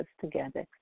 together